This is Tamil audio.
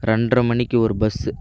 ரெண்ட்ரை மணிக்கு ஒரு பஸ்ஸு